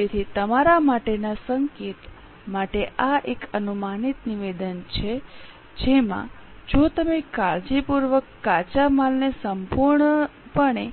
તેથી તમારા સંકેત માટે આ એક અનુમાનિત નિવેદન છે જેમાં જો તમે કાળજીપૂર્વક કાચા માલને સંપૂર્ણપણે